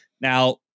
Now